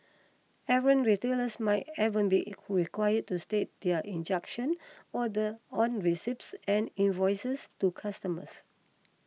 errant retailers might even be required to state their injunction order on receipts and invoices to customers